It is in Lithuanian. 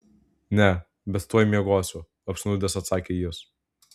ne bet tuoj miegosiu apsnūdęs atsakė jis